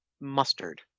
Mustard